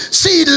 see